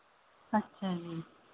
ਅੱਛਾ ਜੀ